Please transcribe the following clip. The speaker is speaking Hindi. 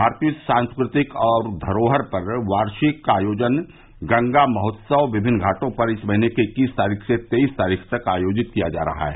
भारतीय संस्कृति और धरोहर पर वार्षिक आयोजन गंगा महोत्सव विभिन्न घाटो पर इस महीने की इक्कीस तारीख से तेईस तारीख तक आयोजित किया जा रहा है